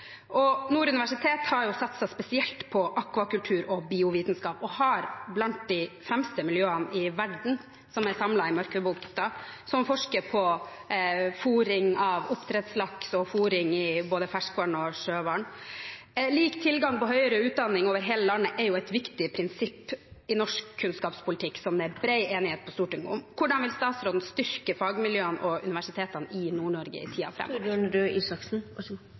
biovitenskap og er blant de fremste miljøene i verden som er samlet i Mørkvedbukta, som forsker på fôring av oppdrettslaks og fôring i både ferskvann og sjøvann. Lik tilgang på høyere utdanning over hele landet er et viktig prinsipp i norsk kunnskapspolitikk. Det er det bred enighet på Stortinget om. Hvordan vil statsråden styrke fagmiljøene og universitetene i Nord-Norge i